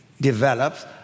develops